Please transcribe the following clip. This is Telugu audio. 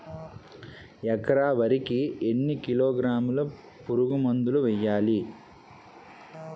ఎకర వరి కి ఎన్ని కిలోగ్రాముల పురుగు మందులను వేయాలి?